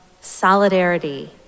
solidarity